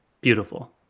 Beautiful